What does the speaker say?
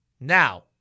Now